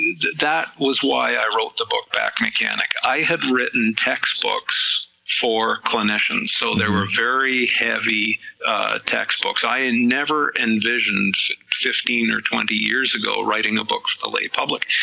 that was why i wrote the book back in canada, i had written textbooks for clinicians, so they were very heavy textbooks, i and never envisioned fifteen or twenty years ago writing a book for the lay public,